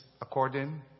according